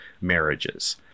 marriages